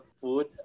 food